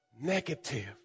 negative